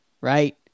Right